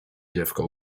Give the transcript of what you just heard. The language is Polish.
dziewka